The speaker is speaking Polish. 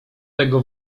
tego